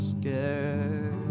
scared